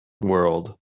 world